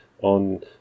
on